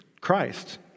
Christ